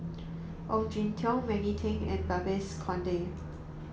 Ong Jin Teong Maggie Teng and Babes Conde